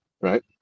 Right